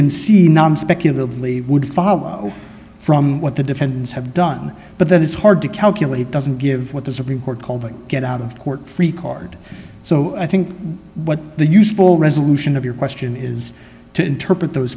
can see speculative leave would follow from what the defendants have done but that it's hard to calculate doesn't give what the supreme court called a get out of court free card so i think what the useful resolution of your question is to interpret those